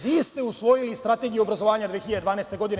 Vi ste usvojili Strategiju obrazovanja 2012. godine.